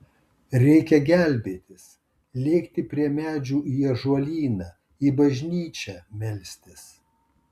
reikia gelbėtis lėkti prie medžių į ąžuolyną į bažnyčią melstis